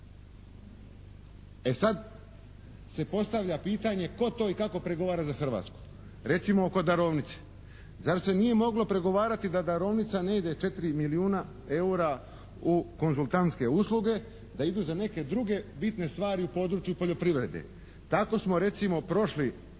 E sad se postavlja pitanje tko to i kako pregovara za Hrvatsku? Recimo oko darovnice. Zar se nije moglo pregovarati da darovnica ne ide četiri milijuna EUR-a u konzultantske usluge, da idu za neke druge bitne stvari u području poljoprivrede. Tako smo recimo prošli